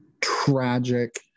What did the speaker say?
tragic